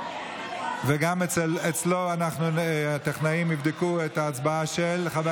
גם אצלו הטכנאים יבדקו את ההצבעה של חבר